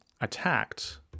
attacked